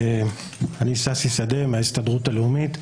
אני מההסתדרות הלאומית,